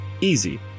Easy